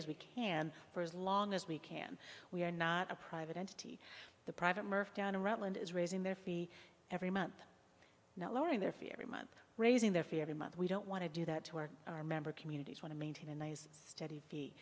is we can for as long as we can we are not a private entity the private murph down around land is raising their fee every month now lowering their fee every month raising their fee every month we don't want to do that to our our member communities want to maintain a nice steady